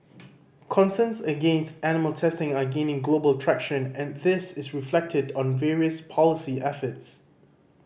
concerns against animal testing are gaining global traction and this is reflected on various policy efforts